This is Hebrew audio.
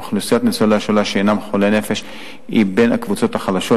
אוכלוסיית ניצולי השואה שהינם חולי נפש היא בין הקבוצות החלשות,